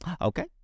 okay